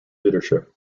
leadership